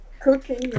cooking